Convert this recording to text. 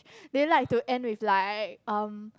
they like to end with like um